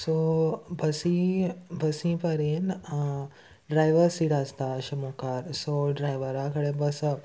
so बसी बसी परेन ड्रायवर सीट आसता अशें मुखार सो ड्रायव्हरा कडेन बसप